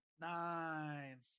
Nine